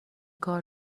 کار